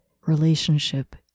Relationship